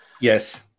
Yes